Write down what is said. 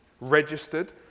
registered